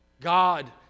God